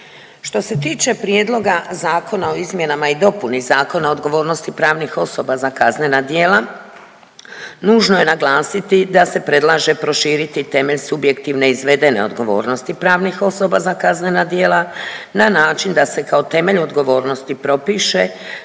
Što se tiče prijedloga zakona o izmjenama i dopunama Zakona o odgovornosti pravnih osoba za kaznena djela, nužno je naglasiti da se predlaže proširiti temelj subjektivne izvedene odgovornosti pravnih osoba za kaznena djela, na način da se kao temelj odgovornosti propiše